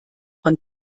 von